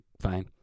fine